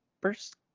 first